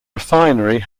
refinery